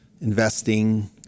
investing